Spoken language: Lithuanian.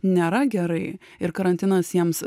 nėra gerai ir karantinas jiems